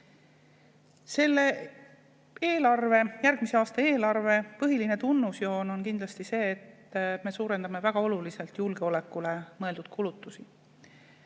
meist. Järgmise aasta eelarve põhiline tunnusjoon on kindlasti see, et me suurendame väga oluliselt julgeolekule mõeldud kulutusi.